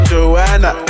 Joanna